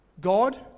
God